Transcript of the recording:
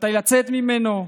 מתי לצאת ממנו,